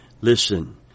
listen